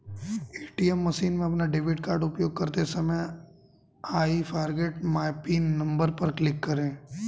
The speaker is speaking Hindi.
ए.टी.एम मशीन में अपना डेबिट कार्ड उपयोग करते समय I forget my PIN number पर क्लिक करें